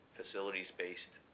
facilities-based